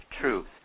truth